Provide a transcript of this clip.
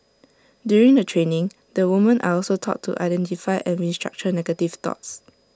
during the training the woman are also taught to identify and restructure negative thoughts